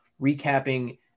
recapping